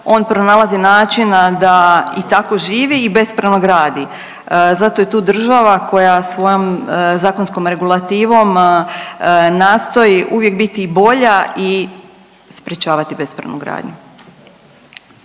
on pronalazi načina da i tako živi i bespravno gradi. Zato je tu država koja svojom zakonskom regulativom nastoji uvijek biti bolja i sprječavati bespravnu gradnju.